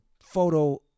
photo